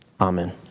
Amen